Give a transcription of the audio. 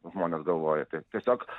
žmonės galvoja tai tiesiog